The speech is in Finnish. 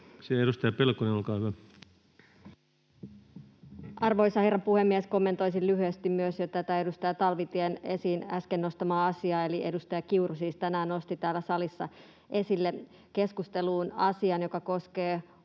Time: 15:47 Content: Arvoisa herra puhemies! Kommentoisin lyhyesti myös tätä edustaja Talvitien äsken esiin nostamaa asiaa: edustaja Kiuru siis tänään nosti täällä salissa esille keskusteluun asian, joka koskee